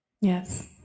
Yes